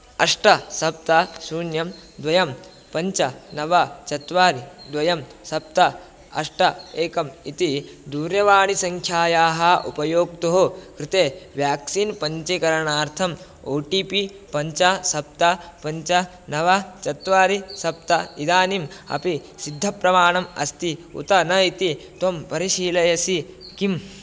अष्ट सप्त शून्यं द्वयं पञ्च नव चत्वारि द्वयं सप्त अष्ट एकम् इति दूरवाणीसङ्ख्यायाः उपयोक्तुः कृते व्याक्सीन् पञ्चीकरणार्थम् ओ टि पि पञ्च सप्त पञ्च नव चत्वारि सप्त इदानीम् अपि सिद्धप्रमाणम् अस्ति उत न इति त्वं परिशीलयसि किम्